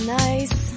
nice